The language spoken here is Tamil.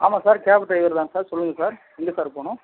ஆமாம் சார் கேப் ட்ரைவர் தான் சார் சொல்லுங்கள் சார் எங்கே சார் போகணும்